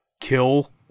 kill